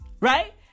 right